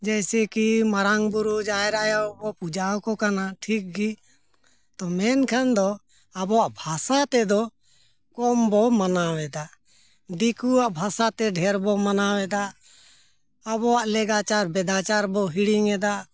ᱡᱮᱭᱥᱮ ᱠᱤ ᱢᱟᱨᱟᱝ ᱵᱩᱨᱩ ᱡᱟᱦᱮᱨ ᱟᱭᱳ ᱵᱚᱱ ᱯᱩᱡᱟᱹᱣ ᱟᱠᱚ ᱠᱟᱱᱟ ᱴᱷᱤᱠ ᱜᱮ ᱛᱚ ᱢᱮᱱᱠᱷᱟᱱ ᱫᱚ ᱟᱵᱚᱣᱟᱜ ᱵᱷᱟᱥᱟ ᱛᱮᱫᱚ ᱠᱚᱢ ᱵᱚᱱ ᱢᱟᱱᱟᱣ ᱮᱫᱟ ᱫᱤᱠᱩᱣᱟᱜ ᱵᱷᱟᱥᱟ ᱛᱮ ᱰᱷᱮᱨ ᱵᱚᱱ ᱢᱟᱱᱟᱣ ᱮᱫᱟ ᱟᱵᱚᱣᱟᱜ ᱞᱮᱜᱟᱪᱟᱨ ᱵᱮᱫᱟᱪᱟᱨ ᱵᱚᱱ ᱦᱤᱲᱤᱧᱮᱫᱟ